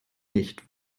nicht